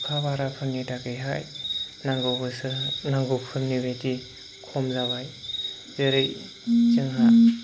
अखा बाराफोरनि थाखाय नांगौफोरबिदि खम जाबाय जेरै जोंहा